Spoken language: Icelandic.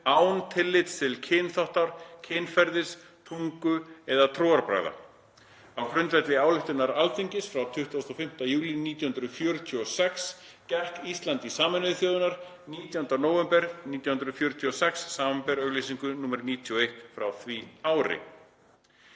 án tillits til kynþáttar, kynferðis, tungu eða trúarbragða. Á grundvelli ályktunar Alþingis frá 25. júlí 1946 gekk Ísland í Sameinuðu þjóðirnar 19. nóvember 1946, sbr. auglýsingu nr. 91 frá því ári.